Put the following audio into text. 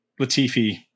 Latifi